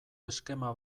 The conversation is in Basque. eskema